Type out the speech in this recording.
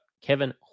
Kevin